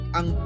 Ang